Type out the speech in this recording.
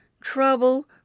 trouble